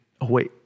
away